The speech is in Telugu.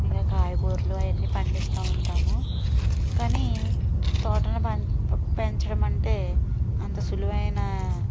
ఇగ కాయగూరలు అయన్నీ పండిస్తూ ఉంటాము కానీ తోటని పె పెంచడమంటే అంత సులువైన